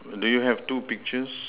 do you have two pictures